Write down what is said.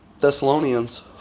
Thessalonians